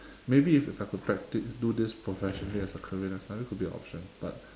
maybe if I could practice do this professionally as a career that's another it could be an option but